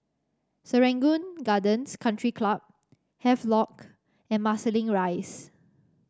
Serangoon Gardens Country Club Havelock and Marsiling Rise